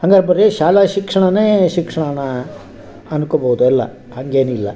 ಹಂಗಾರೆ ಬರೇ ಶಾಲಾ ಶಿಕ್ಷಣವೇ ಶಿಕ್ಷಣವಾ ಅನ್ಕೊಬೋದಲ್ಲ ಹಾಗೇನಿಲ್ಲ